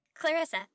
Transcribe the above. Clarissa